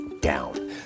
down